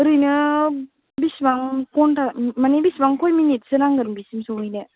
ओरैनो बेसेबां घन्टा माने बेसेबां खय मिनिटसो नांगोन बेसिम सौहैनो